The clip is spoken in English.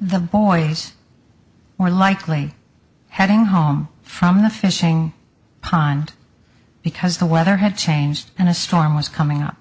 the boys more likely heading home from the fishing pond because the weather had changed and a storm was coming up